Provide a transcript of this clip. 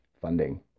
funding